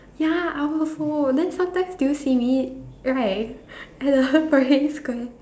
ya I also then sometimes do you see me right at the Parade Square